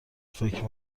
فکر